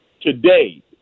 Today